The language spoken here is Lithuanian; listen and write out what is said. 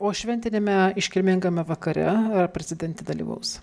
o šventiniame iškilmingame vakare prezidentė dalyvaus